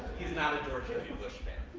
he's not a george w. bush fan.